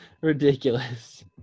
Ridiculous